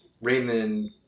Raymond